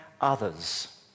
others